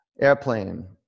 airplane